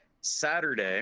Saturday